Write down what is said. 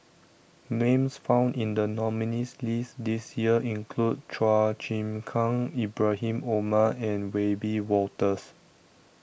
Names found in The nominees' list This Year include Chua Chim Kang Ibrahim Omar and Wiebe Wolters